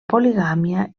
poligàmia